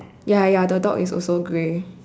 ya ya the dog is also grey